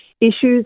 issues